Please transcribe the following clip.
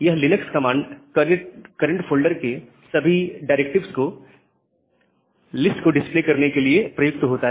यह Linux command current folder के सभी डायरेक्टिव्स के लिस्ट को डिस्प्ले करने के लिए प्रयुक्त होता है